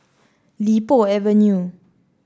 Li Po Avenue